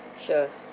sure